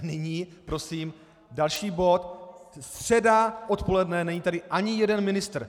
Nyní je další bod, středa odpoledne, není tady ani jeden ministr.